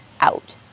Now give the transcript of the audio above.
out